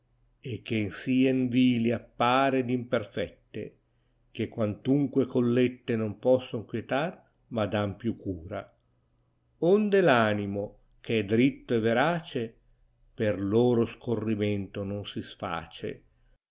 e che sien vili appare ed imperfette che quantunque collette non posson quietar ma dan più cura onde r animo eh è dritto e verace per loro scorrimento non si sface